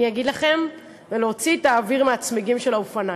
אני אגיד לכם: להוציא את האוויר מהצמיגים של האופניים.